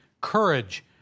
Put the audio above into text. courage